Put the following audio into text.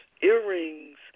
earrings